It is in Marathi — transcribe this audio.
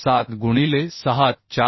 7 गुणिले 6 4